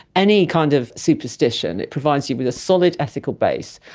any kind of superstition, it provides you with a solid ethical base.